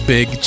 Big